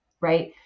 right